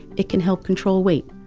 it can help control weight,